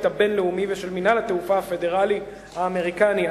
הבין-לאומי ושל מינהל התעופה הפדרלי האמריקני,